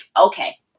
okay